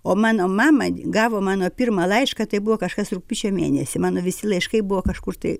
o mano mama gavo mano pirmą laišką tai buvo kažkas rugpjūčio mėnesį mano visi laiškai buvo kažkur tai